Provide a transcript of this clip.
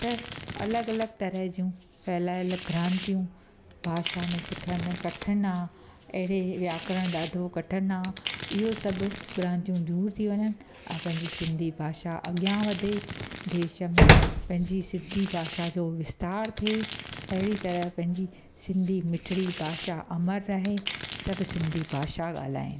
त अलॻि अलॻि तरहि जूं फैलायल भ्रांतियूं भाषा में सिखणु कठिन आहे अहिड़े व्याकरण ॾाढो कठिन आहे इहो सभु भ्रांतियूं दूरि थी वञनि ऐं पंहिंजी सिंधी भाषा अॻियां वधे देश में पंहिंजी सिंधी भाषा जो विस्तारु थिए अहिड़ी तरहि पंहिंजी सिंधी मिठड़ी भाषा अमर रहे सभु सिंधी भाषा ॻाल्हायूं